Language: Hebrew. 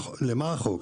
למה החוק?